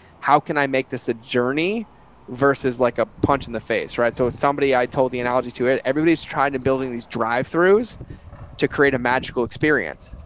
how can i make this a journey versus like a punch in the face? right. so somebody, i told the analogy to it, everybody's trying to building these drive-throughs to create a magical experience.